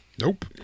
nope